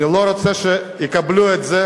אני לא רוצה שיקבלו את זה